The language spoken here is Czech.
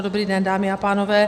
Dobrý den, dámy a pánové.